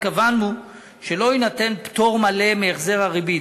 וקבענו שלא יינתן פטור מלא מהחזר הריבית.